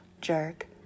Jerk